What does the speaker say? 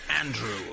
Andrew